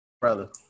brother